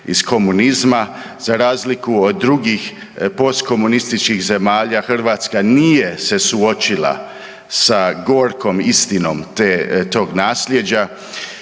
iz komunizma, za razliku od drugih postkomunističkih zemalja, Hrvatska nije se suočila sa gorkom istinom tog nasljeđa